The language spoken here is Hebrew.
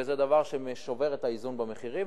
וזה דבר ששובר את האיזון במחירים,